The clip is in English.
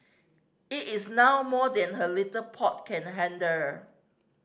it is now more than her little pot can handle